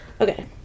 Okay